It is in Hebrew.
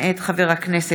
מאת חבר הכנסת